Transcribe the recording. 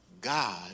God